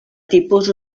tipus